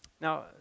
Now